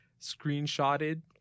screenshotted